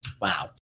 wow